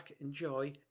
enjoy